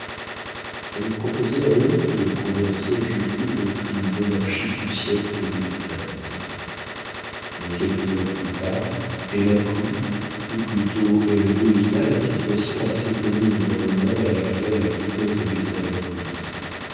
elle se proposait alors de convertir julie aux doctrines monarchiques du siècle de louis xv mais quelques heures plus tard elle apprit ou plutôt elle devina la situation assez commune dans le monde à laquelle la comtesse devait sa mélancolie